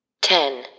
Ten